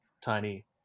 tiny